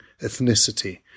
ethnicity